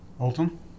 Alton